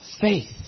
faith